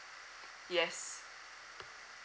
yes